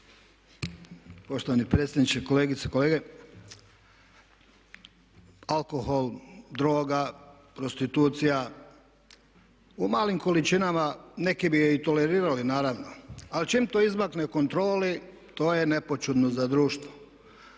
Poštovani predsjedniče, kolegice i kolege, alkohol, droga, prostitucija u malim količinama neki bi je i tolerirali naravno ali čim to izmakne kontroli to je nepoćudno za društvo.